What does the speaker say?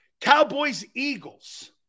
Cowboys-Eagles